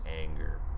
anger